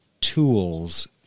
tools